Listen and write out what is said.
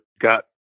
got